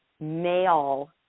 male